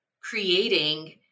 creating